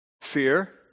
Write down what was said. fear